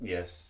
Yes